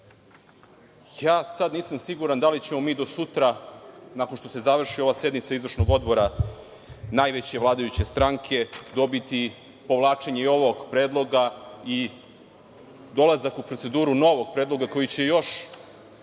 dana. Nisam siguran da li ćemo mi do sutra, nakon što se završi ova sednica izvršnog odbora najveće vladajuće stranke, dobiti povlačenje i ovog predloga i dolazak u proceduru novog predloga koji će još